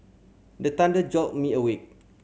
the thunder jolt me awake